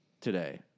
today